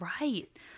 Right